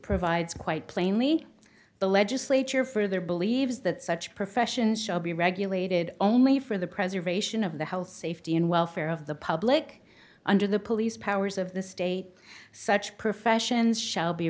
provides quite plainly the legislature for their believes that such professions shall be regulated only for the preservation of the health safety and welfare of the public under the police powers of the state such professions shall be